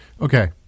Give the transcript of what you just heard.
Okay